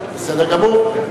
בסדר גמור.